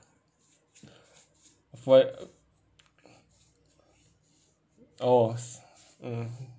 for a~ oh mm